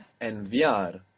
Enviar